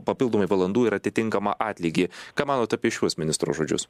papildomai valandų ir atitinkamą atlygį ką manote apie šiuos ministro žodžius